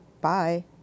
Bye